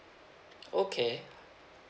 okay